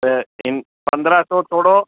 त इन पंद्रहं सौ थोरो